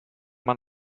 man